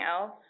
else